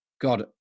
God